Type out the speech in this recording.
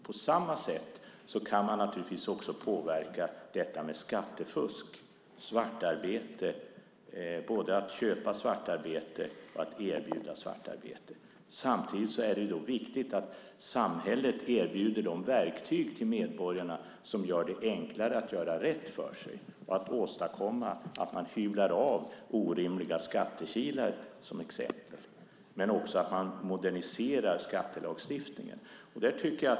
På samma sätt kan man naturligtvis påverka frågan om skattefusk, både att köpa svartarbete och att erbjuda svartarbete. Samtidigt är det viktigt att samhället erbjuder de verktyg till medborgarna som gör det enklare att göra rätt för sig och att orimliga skattekilar hyvlas av. Skattelagstiftningen ska moderniseras.